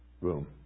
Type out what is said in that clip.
room